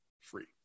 free